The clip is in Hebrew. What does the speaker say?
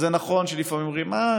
אז זה נכון שלפעמים אומרים: אה,